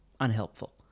unhelpful